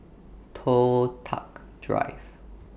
Toh Tuck Drive